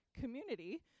community